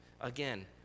Again